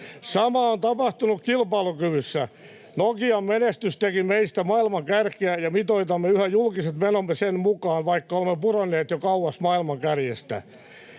Sama on tapahtunut kilpailukyvyssä: Nokian menestys teki meistä maailman kärkeä, ja mitoitamme yhä julkiset menomme sen mukaan, vaikka olemme pudonneet jo kauas maailman kärjestä.